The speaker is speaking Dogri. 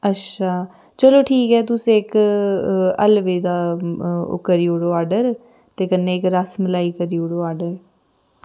अच्छा चलो ठीक ऐ तुस इक हलवे दा ओह् करी ओड़ो आर्डर ते कन्नै इक रसमलाई करी ओड़ो आर्डर